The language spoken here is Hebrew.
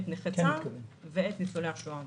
את נכי צה"ל ואת ניצולי השואה.